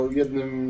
jednym